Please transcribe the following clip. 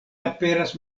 aperas